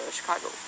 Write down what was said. Chicago